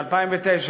ב-2009,